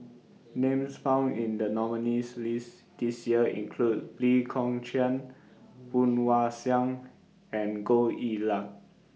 Names found in The nominees' list This Year include Lee Kong Chian Woon Wah Siang and Goh Yihan